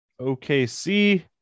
OKC